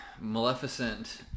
Maleficent